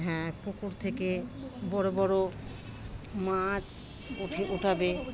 হ্যাঁ পুকুর থেকে বড়ো বড়ো মাছ উঠে ওঠাবে